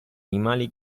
animali